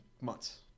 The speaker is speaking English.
months